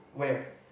where